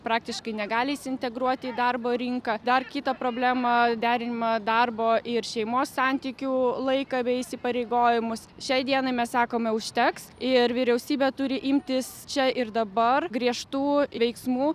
praktiškai negali įsi integruoti į darbo rinką dar kita problema derinimą darbo ir šeimos santykių laiką bei įsipareigojimus šiai dienai mes sakome užteks ir vyriausybė turi imtis čia ir dabar griežtų veiksmų